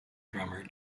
drummer